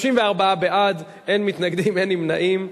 34 בעד, אין מתנגדים, אין נמנעים.